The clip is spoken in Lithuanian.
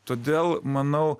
todėl manau